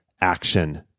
action